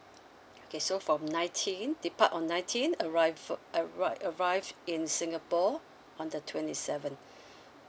okay so from nineteen depart on nineteen arrival arrive arrived in singapore on the twenty seventh